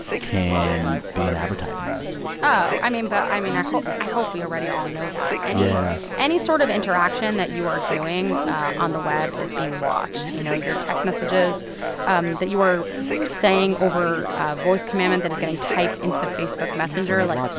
can be an advertising message oh, i mean but, i mean, i hope i hope we already all know that and yeah any sort of interaction that you are doing on the web is being watched, you you know your text messages um that you are saying over voice command that is getting typed into facebook messenger, like. somebody's